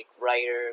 writer